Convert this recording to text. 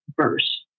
verse